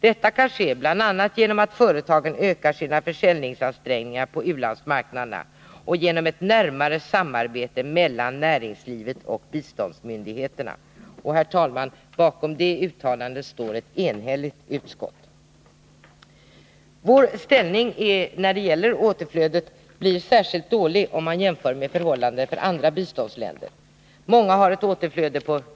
Detta kan ske bl.a. genom att företagen ökar sina försäljningsansträngningar på u-landsmarknaderna och genom ett närmare samarbete mellan näringslivet och biståndsmyndigheterna.” Bakom detta uttalande står ett enhälligt utskott. Vår ställning när det gäller återflödet framstår som särskilt dålig, om man jämför med förhållandena för andra biståndsgivande länder.